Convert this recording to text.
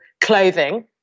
clothing